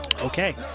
Okay